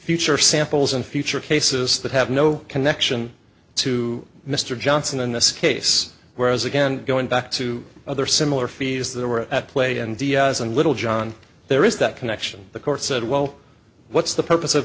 future samples in future cases that have no connection to mr johnson in this case whereas again going back to other similar fees there were at play and diaz and littlejohn there is that connection the court said well what's the purpose of